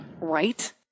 Right